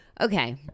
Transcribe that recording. okay